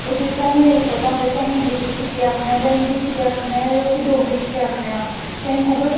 साढ़ै कोला दा कोई ऐसी गल्ल गै नी निकली सकदी अगर अस फिलहास जिस गल्लै नै बिरा असर होऐ अस ऐसी गल्ल कुसे गी आक्खनां नी चांह्दे